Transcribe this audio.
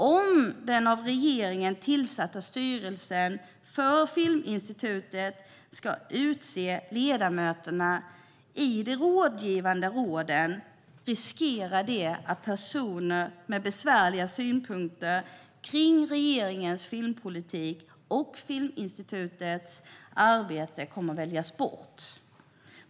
Om den av regeringen tillsatta styrelsen för Filminstitutet ska utse ledamöterna i de rådgivande råden riskerar det att personer med besvärliga synpunkter om regeringens filmpolitik och Filminstitutets arbete kommer att väljas bort.